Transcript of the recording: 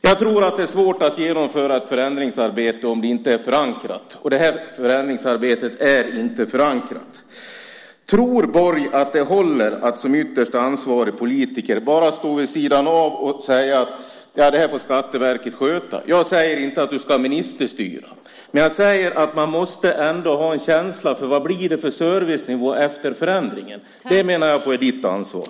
Jag tror att det är svårt att genomföra ett förändringsarbete om det inte är förankrat. Och det här förändringsarbetet är inte förankrat. Tror Borg att det håller att som ytterst ansvarig politiker bara stå vid sidan av och säga: Ja, det här får Skatteverket sköta? Jag säger inte att du ska ministerstyra, men jag säger att man ändå måste ha en känsla för vad det blir för servicenivå efter förändringen. Det menar jag är ditt ansvar.